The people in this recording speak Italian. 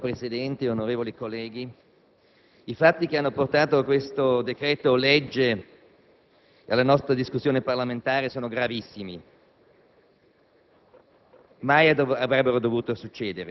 Signor Presidente, onorevoli colleghi, i fatti che hanno portato a questo decreto‑legge e alla nostra discussione parlamentare sono gravissimi: